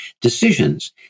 decisions